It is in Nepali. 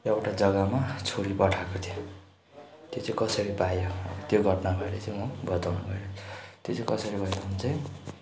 एउटा जग्गामा छोडी पठाएको थियो त्यो चाहिँ कसरी पायो त्यो घट्नाबारे चाहिँ म बताउन गएँ त्यो चाहिँ कसरी भयो भने चाहिँ